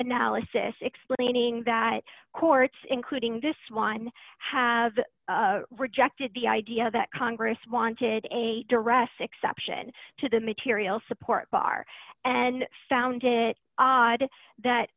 analysis explaining that courts including this one have rejected the idea that congress wanted a duress exception to the material support bar and found it odd that